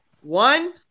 One